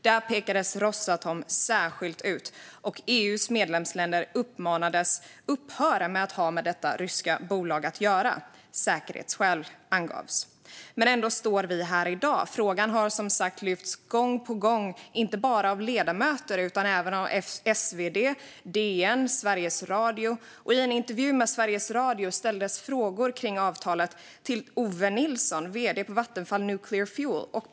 Där pekades Rosatom särskilt ut, och EU:s medlemsländer uppmanades att upphöra med att ha med detta ryska bolag att göra. Säkerhetsskäl angavs. Ändå står vi här i dag. Frågan har som sagt lyfts fram gång på gång inte bara av ledamöter utan även av Svenska Dagbladet, Dagens Nyheter och Sveriges Radio. I en intervju i Sveriges Radio ställdes frågor om avtalet till Ove Nilsson, vd på Vattenfall Nuclear Fuel.